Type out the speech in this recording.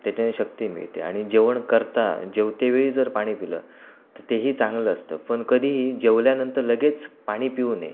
त्याच्याने शक्ती मिळते आणि जेवण करता जेवतेवेळी जर पाणी पिलं तर तेही चांगलं असतं पण कधीही जेवल्यानंतर लगेच पाणी पिऊ नये